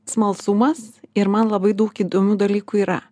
smalsumas ir man labai daug įdomių dalykų yra